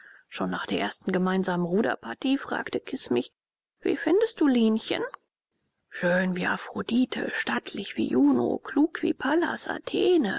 schon nach der ersten gemeinsamen ruderpartie fragte kis mich wie findest du lenchen schön wie aphrodite stattlich wie juno klug wie pallas